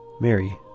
Mary